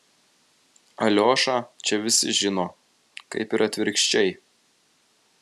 aliošą čia visi žino kaip ir atvirkščiai